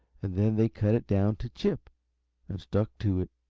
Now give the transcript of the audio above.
and then they cut it down to chip and stuck to it.